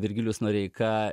virgilijus noreika